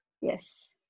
Yes